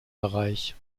bereich